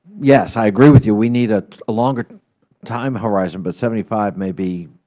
yes, i agree with you we need a longer time horizon, but seventy five may be